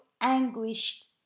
anguished